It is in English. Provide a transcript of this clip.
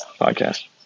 podcast